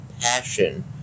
passion